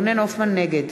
נגד